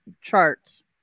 charts